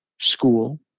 school